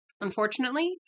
Unfortunately